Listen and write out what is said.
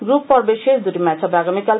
group পর্বের শেষ দুটি ম্যাচ হবে আগামীকাল